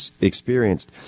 experienced